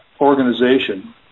organization